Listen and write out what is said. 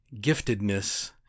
giftedness